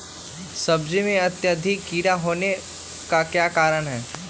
सब्जी में अत्यधिक कीड़ा होने का क्या कारण हैं?